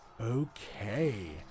Okay